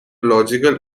logical